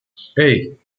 hey